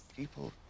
People